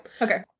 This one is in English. Okay